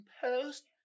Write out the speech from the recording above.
Post